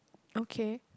okay